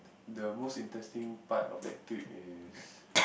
the most interesting part of that trip is